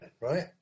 right